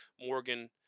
Morgan